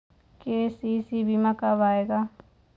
KCC बीमा कब आएगा?